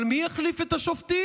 אבל מי יחליף את השופטים?